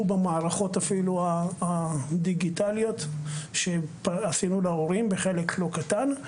במערכות אפילו הדיגיטליות שעשינו להורים בחלק לא קטן,